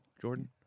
Jordan